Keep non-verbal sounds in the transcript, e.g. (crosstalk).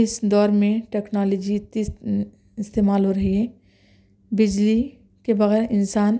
اس دور میں ٹکنالوجی (unintelligible) استعمال ہو رہی ہے بجلی کے بغیر انسان